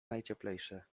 najcieplejsze